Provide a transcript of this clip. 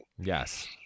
Yes